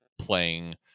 playing